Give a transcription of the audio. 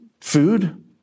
food